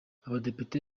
abadepite